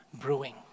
brewing